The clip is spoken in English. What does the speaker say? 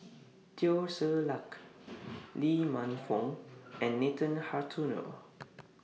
Teo Ser Luck Lee Man Fong and Nathan Hartono